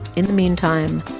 in the meantime,